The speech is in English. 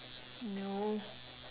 no